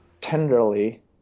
tenderly